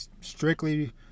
strictly